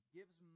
gives